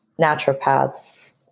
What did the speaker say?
naturopaths